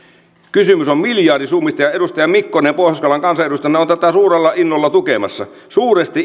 kysymys on miljardisummista ja edustaja mikkonen pohjois karjalan kansanedustajana on tätä suurella innolla tukemassa suuresti